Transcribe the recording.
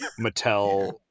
Mattel